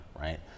right